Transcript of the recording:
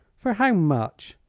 for how much?